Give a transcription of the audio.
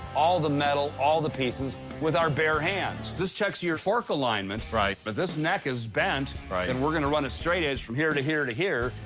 all the metal, all the pieces, with our bare hands. this checks your fork alignment. right. but this neck is bent. right. and we're gonna run a straight edge from here to here to here.